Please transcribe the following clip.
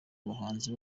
abahanzi